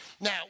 Now